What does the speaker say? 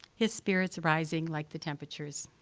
his spirits rising like the temperatures.